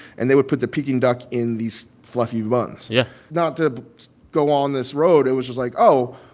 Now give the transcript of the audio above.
and they would put the peking duck in these fluffy buns yeah not to go on this road, it was just like, oh,